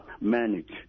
manage